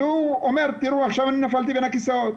אז הוא אומר 'תראו, עכשיו נפלתי בין הכיסאות.